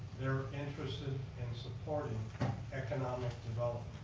they are interested in supporting economic development.